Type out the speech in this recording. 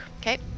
Okay